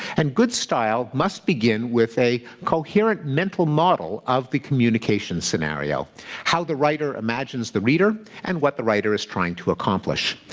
and good style must begin with a coherent mental model of the communication scenario how the writer imagines the reader, and what the writer is trying to accomplish.